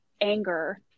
anger